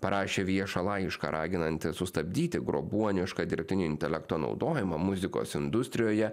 parašė viešą laišką raginantį sustabdyti grobuonišką dirbtinio intelekto naudojimą muzikos industrijoje